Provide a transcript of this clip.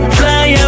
fly